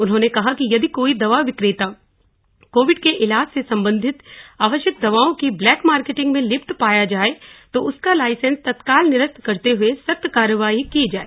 उन्होंने कहा कि यदि कोई भी दवा विक्रेता कोविड के ईलाज से सम्बन्धित आवश्यक दवाओं की ब्लैक मार्केटिंग में लिप्त पाया जाये तो उसका लाईसेंस तत्काल निरस्त करते हुए सख्त कार्यवही की जाए